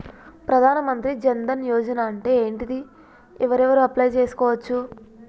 ప్రధాన మంత్రి జన్ ధన్ యోజన అంటే ఏంటిది? ఎవరెవరు అప్లయ్ చేస్కోవచ్చు?